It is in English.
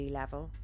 level